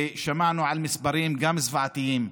שמענו מספרים זוועתיים.